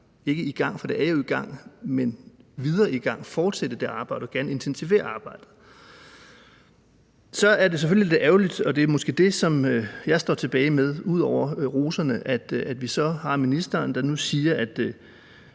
ikke i gang, for det er jo i gang, men videre i gang og fortsætte det arbejde og gerne intensivere arbejdet. Så er det selvfølgelig lidt ærgerligt – og det er måske det, som jeg står tilbage med ud over roserne – at ministeren, på trods af at